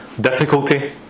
difficulty